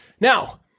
Now